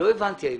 לא הבנתי,